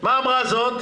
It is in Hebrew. מה אמרה השנייה?